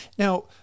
Now